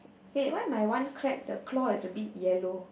wait why my one crab the claw is a bit yellow